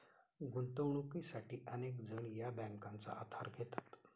गुंतवणुकीसाठी अनेक जण या बँकांचा आधार घेतात